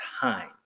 time